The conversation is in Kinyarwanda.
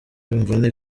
imvune